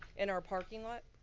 in our parking lot.